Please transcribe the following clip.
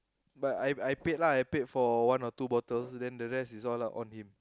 but I I paid lah I paid for one or two bottles then the rest is all out on him